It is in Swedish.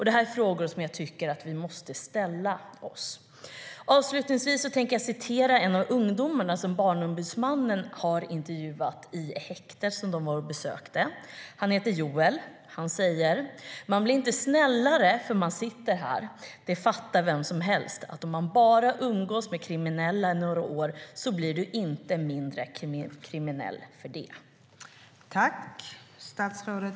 Det är frågor som vi måste ställa oss. Avslutningsvis tänker jag citera en av ungdomarna som Barnombudsmannen har intervjuat i häktet. Han heter Joel och säger: Man blir inte snällare för att man sitter här. Det fattar vem som helst att om man bara umgås med kriminella i några år så blir du inte mindre kriminell för det.